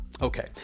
Okay